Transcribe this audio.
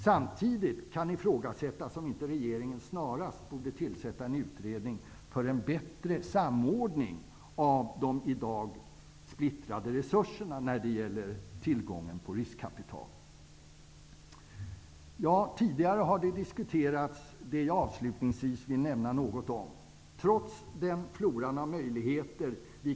Samtidigt kan ifrågasättas om inte regeringen snarast borde tillsätta en utredning för en bättre samordning av de i dag splittrade resurserna när det gäller tillgången på riskkapital. Det jag avslutningsvis vill nämna något om har tidigare diskuterats.